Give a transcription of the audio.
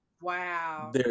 Wow